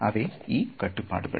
ಅವೇ ಈ ಕಟ್ಟುಪಾಡುಗಳು